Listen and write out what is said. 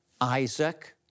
Isaac